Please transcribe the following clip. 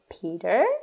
Peter